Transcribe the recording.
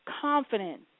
confident